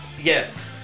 Yes